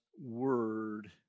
word